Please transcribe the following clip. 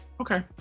Okay